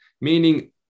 meaning